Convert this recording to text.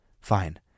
Fine